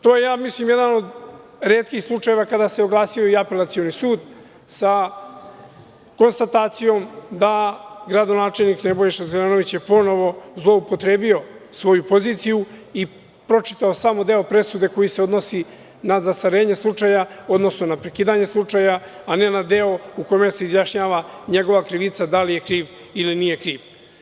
To je, mislim, jedan od retkih slučajeva kada se oglasio Apelacioni sud sa konstatacijom da je gradonačelnik Nebojša Zelenović ponovo zloupotrebio svoju poziciju i pročitao samo deo presude koji se odnosi na zastarenje slučaja, odnosno na prekidanje slučaja, a ne na deo u kome se izjašnjava njegova krivica da li je kriv, ili nije kriv.